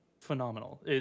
phenomenal